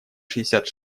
шестьдесят